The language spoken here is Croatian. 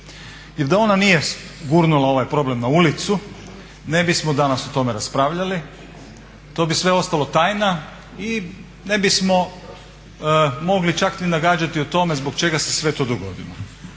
jer da ona nije gurnula ovaj problem na ulicu ne bismo danas o tome raspravljali. To bi sve ostalo tajna i ne bismo mogli čak ni nagađati o tome zbog čega se sve to dogodilo.